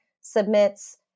submits